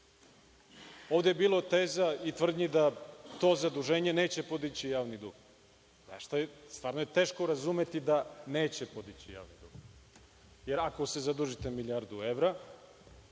je bilo teza i tvrdnji da to zaduženje neće podići javni dug. Stvarno je teško razumeti da neće podići javni dug, jer ako se zadužite milijardu evra,